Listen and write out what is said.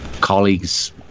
colleagues